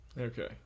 Okay